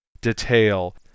detail